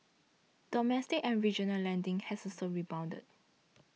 domestic and regional lending has also rebounded